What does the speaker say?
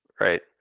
right